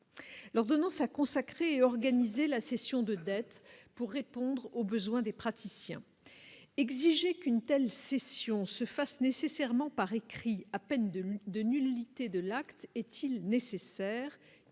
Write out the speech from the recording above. L'ordonnance a consacré, organiser la cession de dettes pour répondre aux besoins des praticiens et exigé qu'une telle situation se fasse nécessairement par écrit, à peine de de nullité de l'acte est-il nécessaire,